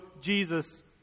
Jesus